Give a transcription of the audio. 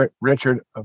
Richard